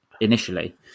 initially